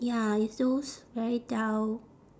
ya it's those very dull